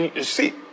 see